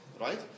right